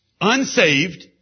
unsaved